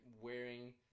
wearing